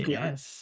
Yes